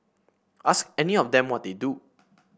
ask any of them what they do